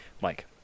Mike